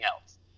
else